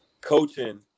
coaching